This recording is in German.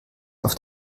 auf